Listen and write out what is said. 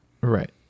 Right